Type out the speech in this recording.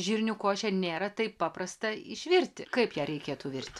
žirnių košę nėra taip paprasta išvirti kaip ją reikėtų virti